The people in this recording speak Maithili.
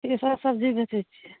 कि सब सबजी बेचै छिए